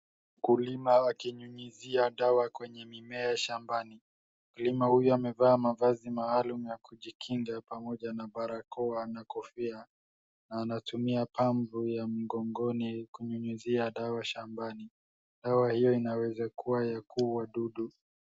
Mkulima akinyunyizia dawa kwenye mimea shambani. Mkulima huyu amevaa mavazi maalum ya kujikinga pamoja na barakoa na kofia na anatumia pampu ya mgongoni kunyunyizia dawa shambani. Dawa hio inaeza kua ya kuua wadudu.